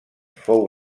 fou